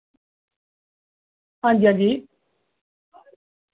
हांजी हांजी